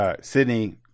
Sydney